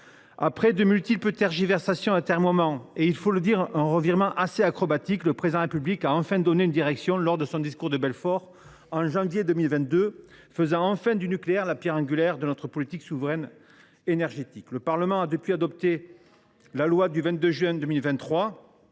Après de multiples tergiversations et atermoiements, et – il faut le dire – un revirement assez acrobatique, le Président de la République a enfin donné une direction, lors de son discours de Belfort en janvier 2022, faisant enfin du nucléaire la pierre angulaire de notre politique souveraine énergétique. Il était temps ! Le Parlement a, depuis, adopté la loi du 22 juin 2023.